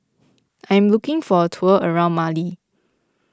I am looking for a tour around Mali